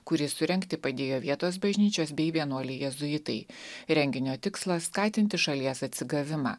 kurį surengti padėjo vietos bažnyčios bei vienuoliai jėzuitai renginio tikslas skatinti šalies atsigavimą